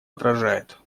отражает